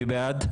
מי בעד?